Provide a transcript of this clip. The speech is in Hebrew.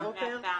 ועדה?